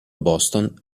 boston